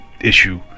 issue